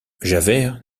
javert